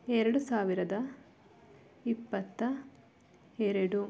ಎರಡು ಸಾವಿರದ ಇಪ್ಪತ್ತ ಎರಡು